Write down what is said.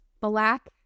black